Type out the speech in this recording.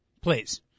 please